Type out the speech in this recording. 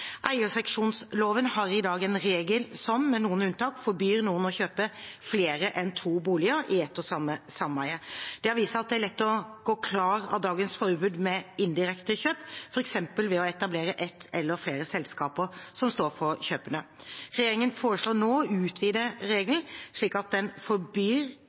Eierseksjonsloven har i dag en regel som, med noen unntak, forbyr noen å kjøpe flere enn to boliger i ett og samme sameie. Det har vist seg at det er lett å gå klar av dagens forbud ved «indirekte kjøp», f.eks. ved å etablere ett eller flere selskaper som står for kjøpene. Regjeringen foreslår nå å utvide regelen, slik at den forbyr